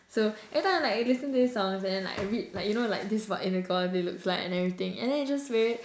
so every time like I listen to these songs and then like I read like you know like this is what inequality looks like and everything and then it's very